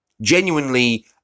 genuinely